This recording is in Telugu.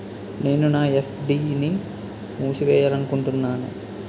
నేను నా ఎఫ్.డి ని మూసివేయాలనుకుంటున్నాను